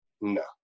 No